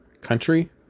country